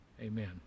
Amen